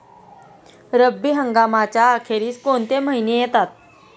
रब्बी हंगामाच्या अखेरीस कोणते महिने येतात?